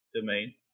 domain